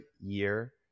year